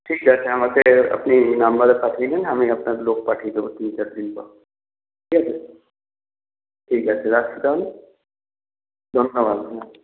ঠিক আছে আমাকে আপনি এই নম্বরে পাঠিয়ে দেন আমি আপনার লোক পাঠিয়ে দেবো তিন চার দিন পর ঠিক আছে ঠিক আছে রাখছি তাহলে ধন্যবাদ হ্যাঁ